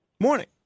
Morning